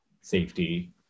safety